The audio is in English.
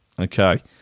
Okay